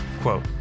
Quote